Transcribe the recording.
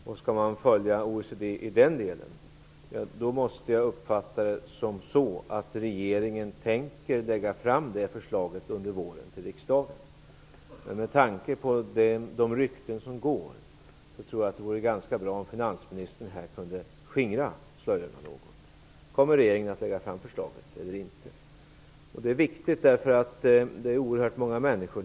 Om man skall följa OECD i den delen, måste jag uppfatta det som att regeringen tänker lägga fram förslaget under våren. Med tanke på de rykten som går tror jag att det vore bra om finansministern kunde skingra slöjorna något. Kommer regeringen att lägga fram förslaget eller inte? Det är en viktig fråga eftersom det handlar om oerhört många människor.